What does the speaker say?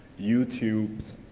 youtubes,